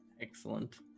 Excellent